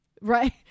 Right